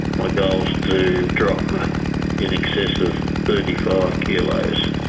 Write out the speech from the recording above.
my goal is to drop in excess of thirty five kilos.